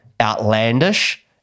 outlandish